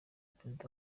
perezida